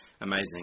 amazing